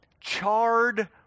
charred